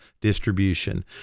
distribution